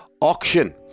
auction